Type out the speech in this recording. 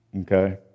Okay